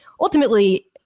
ultimately